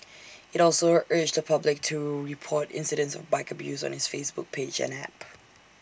IT also urged the public to report incidents of bike abuse on its Facebook page and app